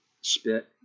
spit